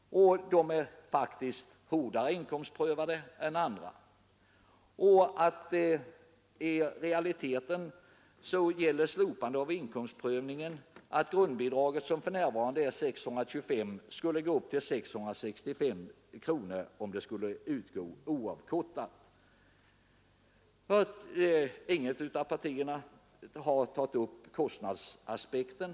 De är faktiskt hårdare inkomstprövade än andra förmåner, och i realiteten betyder ett slopande av inkomstprövningen i nämnda sammanhang att grundbidraget, som för närvarande är 625 kronor, skulle höjas till 665 kronor. Inget av partierna har tagit upp kostnadsaspekten.